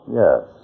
yes